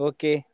Okay